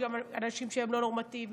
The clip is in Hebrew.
יש גם אנשים שהם לא נורמטיביים,